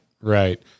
right